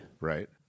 Right